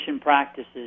practices